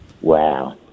Wow